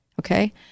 Okay